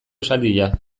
esaldia